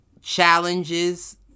challenges